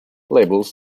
labels